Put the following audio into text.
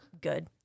good